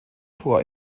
tor